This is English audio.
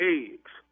eggs